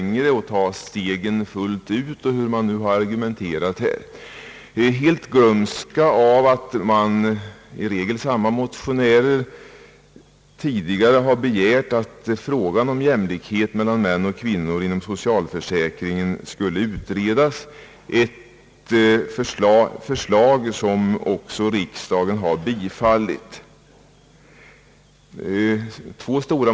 De har velat ta steget fullt ut, eller hur det nu har argumenterats. Många har helt glömt bort att i regel samma motionärer tidigare har begärt att frågan om jämlikhet mellan kvinnor och män inom socialförsäkringen skulle utredas, ett förslag som riksdagen också har bifallit.